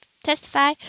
testify